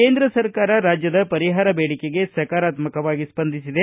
ಕೇಂದ್ರ ಸರ್ಕಾರ ರಾಜ್ಯದ ಪರಿಹಾರ ಬೇಡಿಕೆಗೆ ಸಕಾರಾತ್ವಕವಾಗಿ ಸ್ಪಂದಿಸಿದೆ